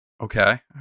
okay